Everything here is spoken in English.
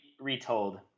retold